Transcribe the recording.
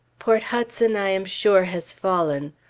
port hudson i am sure has fallen.